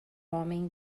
homem